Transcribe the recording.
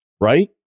right